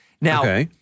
Now-